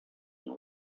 you